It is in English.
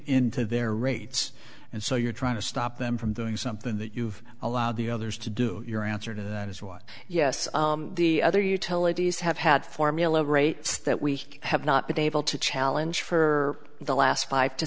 into their rates and so you're trying to stop them from doing something that you've allowed the others to do your answer to that is why yes the other utilities have had formula rates that we have not been able to challenge for the last five to